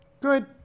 Good